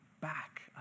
back